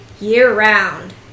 year-round